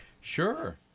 sure